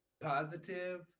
positive